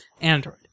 Android